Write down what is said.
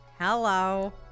Hello